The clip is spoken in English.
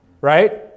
right